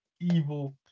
evil